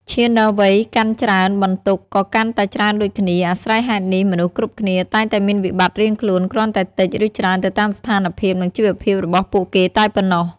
ឈានដល់វ័យកាន់ច្រើនបន្ទុកក៏កាន់តែច្រើនដូចគ្នា អាស្រ័យហេតុនេះមនុស្សគ្រប់គ្នាតែងតែមានវិបត្តិរៀងខ្លួន គ្រាន់តែតិច ឬច្រើនទៅតាមស្ថានភាពនិងជីវភាពរបស់ពួកគេតែប៉ុណ្ណោះ។